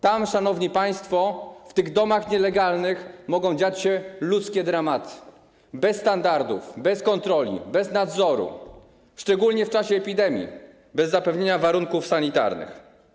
Tam, szanowni państwo, w tych nielegalnych domach, mogą dziać się ludzkie dramaty - bez standardów, bez kontroli, bez nadzoru, szczególnie w czasie epidemii, bez zapewnienia warunków sanitarnych.